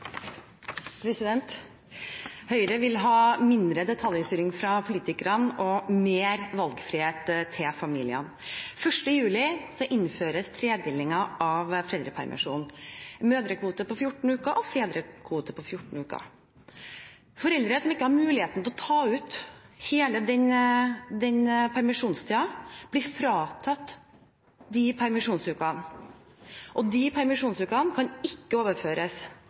politikerne og mer valgfrihet til familiene. 1. juli innføres tredelingen av foreldrepermisjonen: mødrekvote på 14 uker og fedrekvote på 14 uker. Foreldre som ikke har muligheten til å ta ut hele den permisjonstiden, blir fratatt de permisjonsukene. De permisjonsukene kan ikke overføres